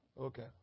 Okay